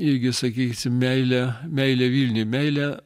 irgi sakysim meilė meilė vilniui meilė